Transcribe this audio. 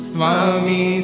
Swami